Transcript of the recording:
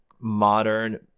modern